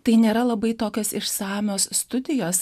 tai nėra labai tokios išsamios studijos